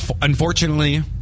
Unfortunately